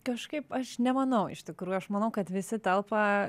kažkaip aš nemanau iš tikrųjų aš manau kad visi telpa